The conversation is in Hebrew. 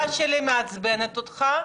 אני מבינה שהמבטא שלי מעצבן אותך,